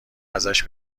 ازش